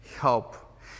help